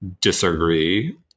disagree